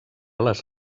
les